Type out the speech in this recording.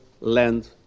land